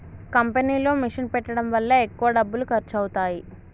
కంపెనీలో మిషన్ పెట్టడం వల్ల ఎక్కువ డబ్బులు ఖర్చు అవుతాయి